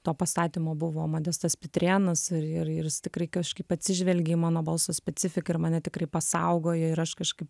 to pastatymo buvo modestas pitrėnas ir ir ir tikrai kažkaip atsižvelgė į mano balso specifiką ir mane tikrai pasaugojo ir aš kažkaip